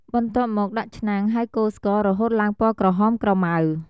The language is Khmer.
បន្ទាប់មកដាក់ឆ្នាំង ហេីយកូរស្ករ រហូតឡើងពណ៌ក្រហមក្រម៉ៅ។